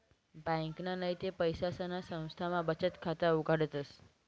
ब्यांकमा नैते पैसासना संस्थामा बचत खाता उघाडतस